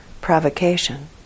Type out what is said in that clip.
provocation